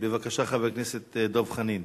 בבקשה, חבר הכנסת דב חנין.